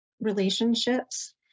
relationships